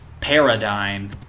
Paradigm